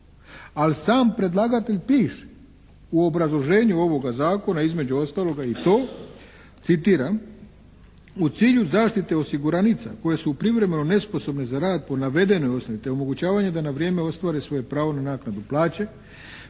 ali sam predlagatelj piše u obrazloženju ovoga zakona između ostaloga i to, citiram: "U cilju zaštite osiguranica koje su privremeno nesposobne za rad po navedenoj osnovi te omogućavanje da na vrijeme ostvare svoje pravo na naknadu plaće